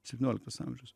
septynioliktas amžius